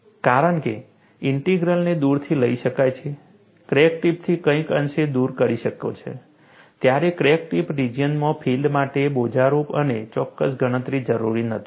કારણ કે ઇન્ટિગ્રલને દૂરથી લઈ શકાય છે ક્રેક ટીપથી કંઈક અંશે દૂર કરી શકાય છે ત્યારે ક્રેક ટિપ રિજિયનમાં ફિલ્ડ માટે બોજારૂપ અને ચોક્કસ ગણતરી જરૂરી નથી